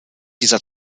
dieser